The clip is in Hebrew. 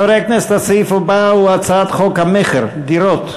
חברי הכנסת, הסעיף הבא הוא הצעת חוק המכר (דירות)